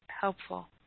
helpful